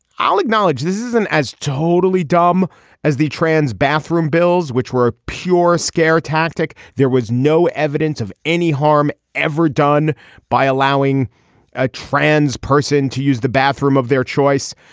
i'll acknowledge this isn't as totally dumb as the trans bathroom bills which were pure scare tactic. there was no evidence of any harm ever done by allowing a trans person to use the bathroom of their choice.